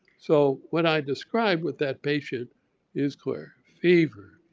so what i described with that patient is clear, fever,